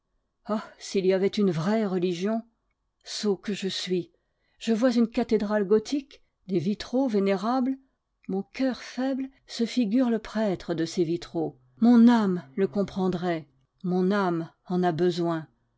ah s'il y avait une vraie religion sot que je suis je vois une cathédrale gothique des vitraux vénérables mon coeur faible se figure le prêtre de ces vitraux mon âme le comprendrait mon âme en a besoin